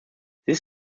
this